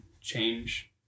change